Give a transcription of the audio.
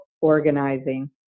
organizing